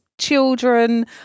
children